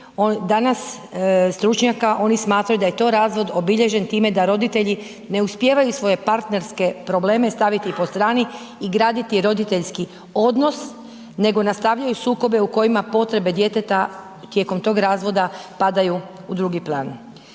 danas stručnjaka, oni smatraju da je to razlog obilježen time da roditelji ne uspijevaju svoje partnerske probleme staviti po strani i graditi roditeljski odnos, nego nastavljaju sukobe u kojima potrebe djeteta, tijekom tog razdoblja padaju u drugi plan.